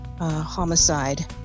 homicide